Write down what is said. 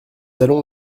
allons